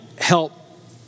help